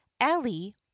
Ali